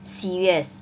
serious